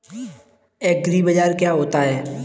एग्रीबाजार क्या होता है?